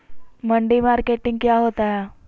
मंडी मार्केटिंग क्या होता है?